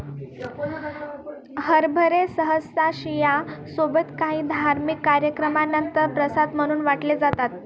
हरभरे सहसा शिर्या सोबत काही धार्मिक कार्यक्रमानंतर प्रसाद म्हणून वाटले जातात